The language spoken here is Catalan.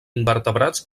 invertebrats